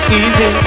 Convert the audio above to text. easy